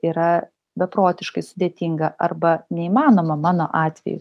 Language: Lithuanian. yra beprotiškai sudėtinga arba neįmanoma mano atveju